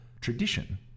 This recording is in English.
tradition